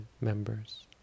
members